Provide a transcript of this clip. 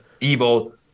evil